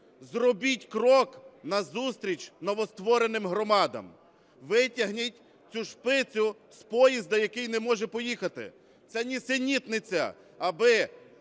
зробіть крок назустріч новоствореним громадам, витягніть цю шпицю з поїзда, який не може поїхати. Це нісенітниця, аби